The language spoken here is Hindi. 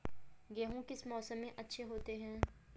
गेहूँ किस मौसम में अच्छे होते हैं?